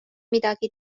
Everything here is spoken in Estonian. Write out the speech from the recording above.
midagi